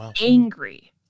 angry